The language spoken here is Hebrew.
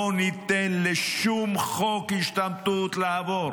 לא ניתן לשום חוק השתמטות לעבור.